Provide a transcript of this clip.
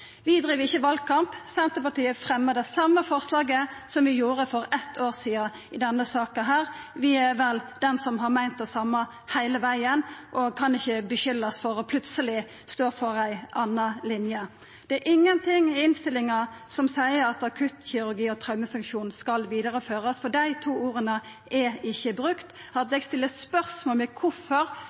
Vi driv ikkje valkamp. Senterpartiet fremjar det same forslaget som vi gjorde for eit år sidan i denne saka. Vi er vel dei som har meint det same heile tida, og kan ikkje skuldast for plutseleg å stå for ei anna linje. Det er ingen ting i innstillinga som seier at akuttkirurgi og traumefunksjon skal vidareførast. Dei to orda er ikkje brukte. Hadde eg stilt spørsmål